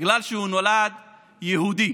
בגלל שהוא נולד יהודי,